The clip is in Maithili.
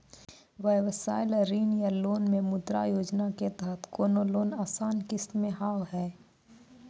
व्यवसाय ला ऋण या लोन मे मुद्रा योजना के तहत कोनो लोन आसान किस्त मे हाव हाय?